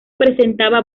presentaba